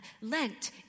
Lent